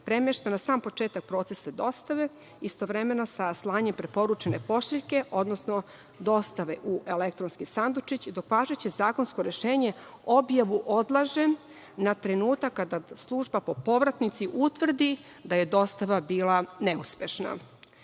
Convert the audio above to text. premešta na sam početak procesa dostave, istovremeno sa slanjem preporučene pošiljke, odnosno dostave u elektronski sandučić, dok važeće zakonsko rešenje objavu odlaže na trenutak kada služba po povratnici utvrdi da je dostava bila neuspešna.Za